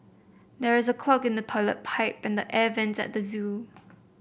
there is a clog in the toilet pipe and the air vents at the zoo